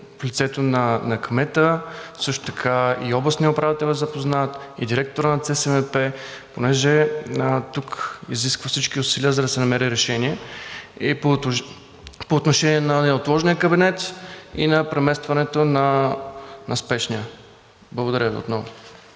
в лицето на кмета, също така и областният управител е запознат, и директорът на ЦСМП, понеже тук се изискват всички усилия, за да се намери решение и по отношение на неотложния кабинет, и на преместването на спешния. Благодаря Ви отново